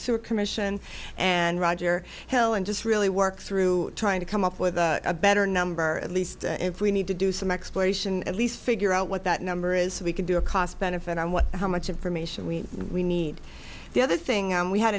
sewer commission and roger hill and just really work through trying to come up with a better number at least if we need to do some exploration at least figure out what that number is so we can do a cost benefit on what how much information we we need the other thing we had